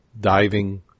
diving